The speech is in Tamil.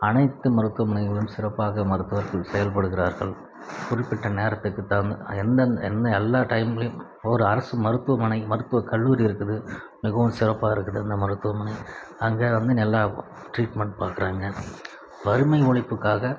அனைத்து மருத்துவமனைகளும் சிறப்பாக மருத்துவர்கள் செயல்படுகிறார்கள் குறிப்பிட்ட நேரத்திற்கு தகுந்த எந்த என்ன எல்லா டைம்லேயும் ஒரு அரசு மருத்துவமனை மருத்துவ கல்லூரி இருக்குது மிகவும் சிறப்பாக இருக்குது அந்த மருத்துவமனை அங்கே வந்து நல்லா ட்ரீட்மென்ட் பார்க்குறாங்க வறுமை ஒழிப்புக்காக